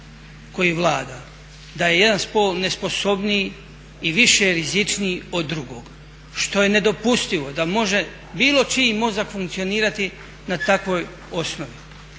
koji vlada. Da je jedan spol nesposobniji i više rizičniji od drugog. Što je nedopustivo da može bilo čiji mozak funkcionirati na takvoj osnovi.